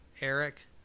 Eric